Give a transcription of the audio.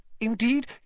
Indeed